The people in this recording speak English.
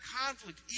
conflict